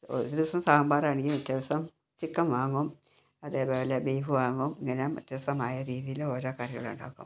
ഒരു ദിവസം സാമ്പാർ ആണെങ്കിൽ മറ്റേ ദിവസം ചിക്കൻ വാങ്ങും അതേപോലെ ബീഫ് വാങ്ങും ഇങ്ങനെ വ്യത്യസ്തമായ രീതിയിൽ ഓരോ കറികൾ ഉണ്ടാക്കും